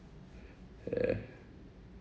ya